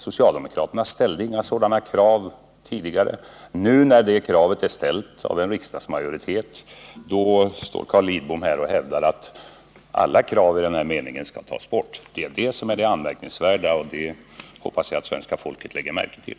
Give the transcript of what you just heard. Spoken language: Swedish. Socialdemokraterna ställde inga sådana krav tidigare. När nu det kravet är ställt av en riksdagsmajoritet, står Carl Lidbom här och hävdar att alla krav i den här meningen skall tas bort. Det är detta som är det anmärkningsvärda, och det hoppas jag att svenska folket lägger märke till.